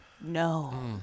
No